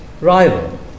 rival